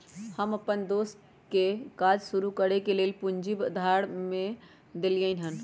हम अप्पन दोस के काज शुरू करए के लेल कुछ पूजी उधार में देलियइ हन